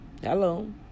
Hello